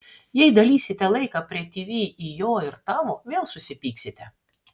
jei dalysite laiką prie tv į jo ir tavo vėl susipyksite